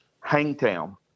Hangtown